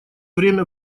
время